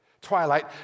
twilight